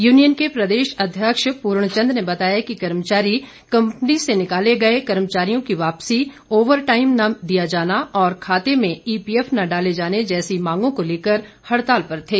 union के प्रदेश अध्यक्ष पूर्ण चंद ने बताया कि कर्मचारी कंपनी से निकाले गए कर्मचारियों की वापसी ओवर टाइम न दिया जाना और खाते में ईपीएफ न डाले जाने जैसी मांगों को लेकर हड़ताल पर थे